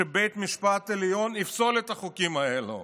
שבית המשפט העליון יפסול את החוקים האלה.